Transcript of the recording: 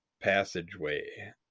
passageway